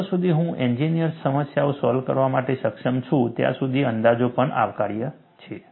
જ્યાં સુધી હું એન્જીનિયરિંગ સમસ્યાઓ સોલ્વ કરવા માટે સક્ષમ છું ત્યાં સુધી અંદાજો પણ આવકાર્ય છે